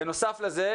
בנוסף לזה,